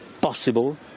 possible